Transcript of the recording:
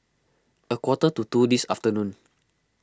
a quarter to two this afternoon